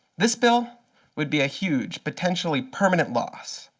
this bill would be a huge, potentially permanent loss.